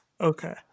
okay